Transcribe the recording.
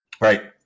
right